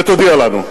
ותודיע לנו.